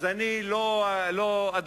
אז אני לא אקרא